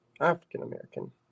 African-American